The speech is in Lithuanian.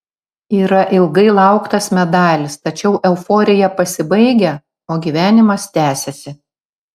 yra ilgai lauktas medalis tačiau euforija pasibaigia o gyvenimas tęsiasi